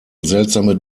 seltsame